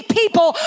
people